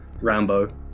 rambo